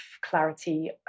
clarity